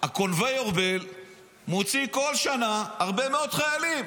ה-conveyor belt מוציא בכל שנה הרבה מאוד חיילים.